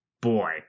boy